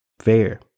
fair